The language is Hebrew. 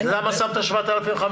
אז למה שמת 7,500?